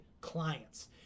clients